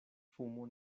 fumo